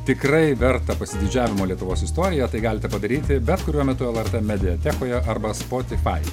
tikrai vertą pasididžiavimo lietuvos istoriją tai galite padaryti bet kuriuo metu lrt mediatekoje arba spotifai